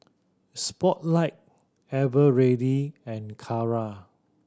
Spotlight Eveready and Kara